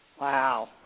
Wow